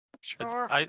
sure